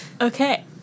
Okay